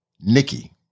Nikki